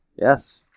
yes